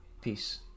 Peace